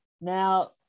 Now